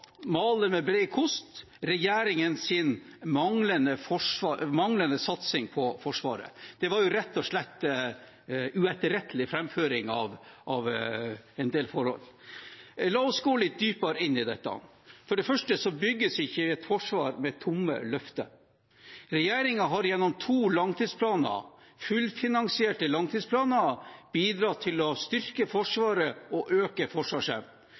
med bred kost, regjeringens manglende satsing på Forsvaret. Det var jo rett og slett uetterrettelig framføring av en del forhold. La oss gå litt dypere inn i dette. For det første bygges ikke et forsvar med tomme løfter. Regjeringen har gjennom to langtidsplaner, fullfinansierte langtidsplaner, bidratt til å styrke Forsvaret og øke